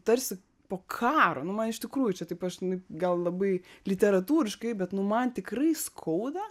tarsi po karo nu man iš tikrųjų čia taip aš na gal labai literatūriškai bet nu man tikrai skauda